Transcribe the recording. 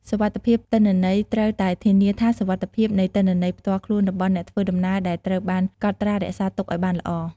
សុវត្ថិភាពទិន្នន័យត្រូវតែធានាថាសុវត្ថិភាពនៃទិន្នន័យផ្ទាល់ខ្លួនរបស់អ្នកធ្វើដំណើរដែលត្រូវបានកត់ត្រារក្សាទុកឲ្យបានល្អ។